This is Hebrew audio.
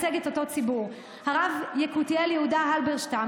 הציבור החרדי,